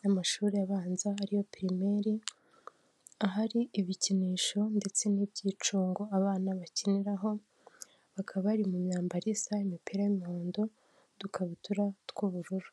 n'amashuri abanza ariyo pirimeri, ahari ibikinisho ndetse n'iby'icungo abana bakiniraho bakaba bari mu myambaro isa imipira y'imihondo udukabutura tw'ubururu.